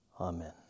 Amen